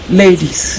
ladies